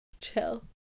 chill